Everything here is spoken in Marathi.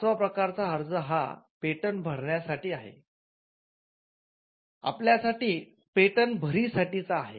पाचव्या प्रकारचा अर्ज हा मूळ पेटंट मध्ये वाढ करणेसाठीचा अर्ज आहे